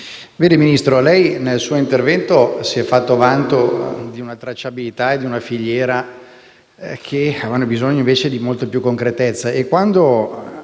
Ministro, nel suo intervento si è fatto vanto di una tracciabilità e di una filiera che invece hanno bisogno di molta più concretezza;